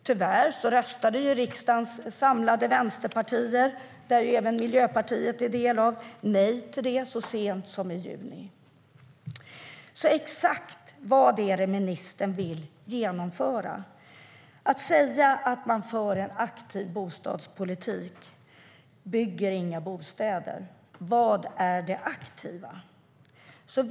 Tyvärr röstade riksdagens samlade vänsterpartier - som även Miljöpartiet är en del av - nej till dessa förslag så sent som i juni. Exakt vad är det som ministern vill genomföra? Att säga att man för en aktiv bostadspolitik bygger inga bostäder. Vad är det aktiva i den politiken?